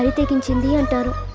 take him to the and but